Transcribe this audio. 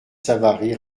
savary